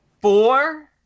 Four